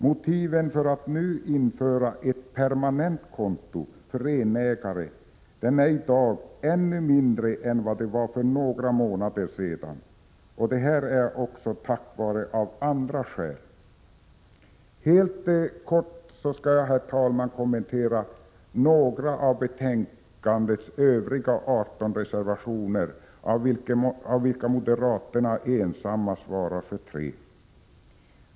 Motiven för att nu införa ett permanent konto för renägare är i dag ännu svagare än det var för några månader sedan — detta också av andra skäl. Jag skall helt kort, herr talman, kommentera ytterligare några av de 18 reservationerna i betänkandet, av vilka moderaterna ensamma svarar för tre.